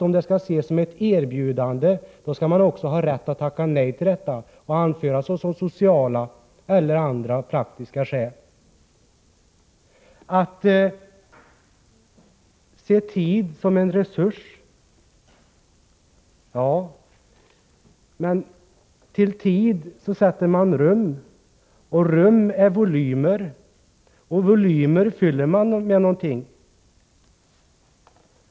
Om denna skall ses som ett erbjudande, skall man också ha rätt att tacka nej till den med anförande av sociala eller andra praktiska skäl. Vad gäller att se tid som en resurs vill jag säga följande: Ja, men till tid sätter man rum, och rum är volymer — och volymer fyller man med någonting.